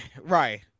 right